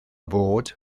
bod